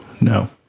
No